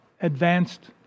advanced